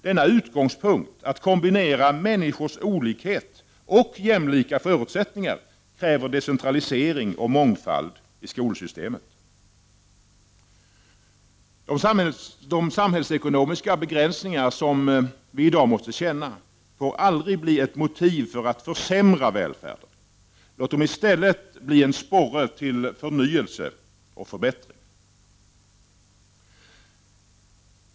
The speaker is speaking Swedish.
Denna utgångspunkt, att kombinera människors olikhet och jämlika förutsättningar, kräver decentralisering och mångfald i skolsystemet. De samhällsekonomiska begränsningar som vi i dag måste känna får aldrig bli ett motiv för att försämra välfärden. Låt dem i stället bli en sporre till förnyelse och förbättring.